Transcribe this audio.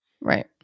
Right